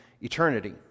eternity